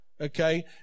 okay